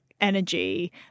energy